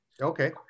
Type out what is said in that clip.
Okay